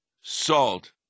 salt